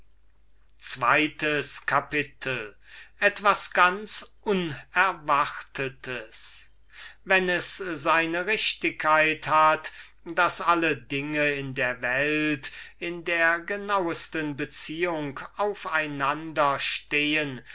etwas ganz unerwartetes wenn es seine richtigkeit hat daß alle dinge in der welt in der genauesten beziehung auf einander stehen